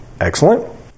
Excellent